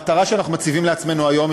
המטרה שאנחנו מציבים לעצמנו היום,